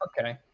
Okay